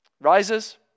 rises